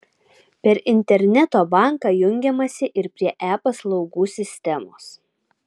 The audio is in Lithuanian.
per interneto banką jungiamasi ir prie e paslaugų sistemos